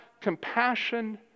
compassion